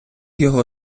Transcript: його